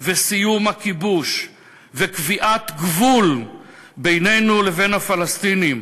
וסיום הכיבוש וקביעת גבול בינינו לבין הפלסטינים,